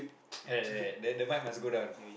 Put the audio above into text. like that the mic must go down